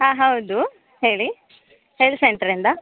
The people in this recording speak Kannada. ಹಾಂ ಹೌದು ಹೇಳಿ ಹೆಲ್ತ್ ಸೆಂಟರಿಂದ